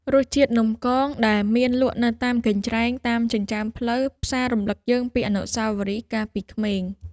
រសជាតិនំកងដែលមានលក់នៅតាមកញ្ច្រែងតាមចិញ្ចើមផ្លូវផ្សាររំលឹកយើងពីអនុស្សាវរីយ៍កាលពីក្មេង។